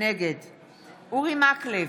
נגד אורי מקלב,